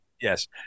Yes